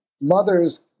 mothers